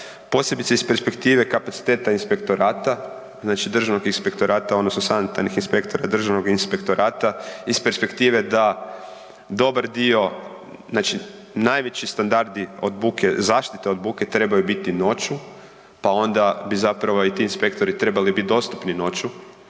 posebice iz perspektive kapaciteta inspektorata, Državnog inspektorata odnosno sanitarnih inspektora Državnog inspektorata iz perspektive da dobar dio znači najveći standardi od buke zaštite od buke trebaju biti noću, pa onda bi ti inspektori trebali biti dostupni noću